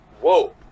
whoa